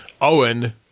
Owen